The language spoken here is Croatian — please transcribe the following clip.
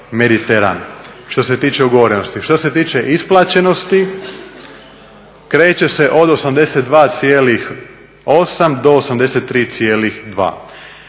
što se tiče ugovorenosti. Što se tiče isplaćenosti, kreće se od 82,8 do 83,2.